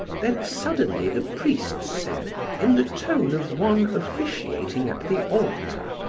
then suddenly the priest said, in the tone of one officiating at the altar